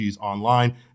online